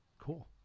Cool